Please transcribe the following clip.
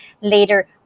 later